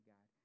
God